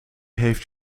heeft